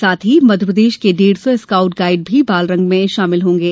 साथ ही मध्यप्रदेश के डेढ़ सौ स्काउट गाइड भी बालरंग में भाग लेंगे